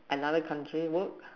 another country work